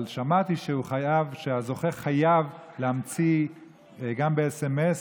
אבל שמעתי שהזוכה חייב להמציא גם במסרון.